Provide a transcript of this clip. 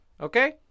Okay